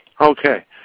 Okay